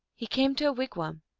he came to a wigwam.